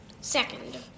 Second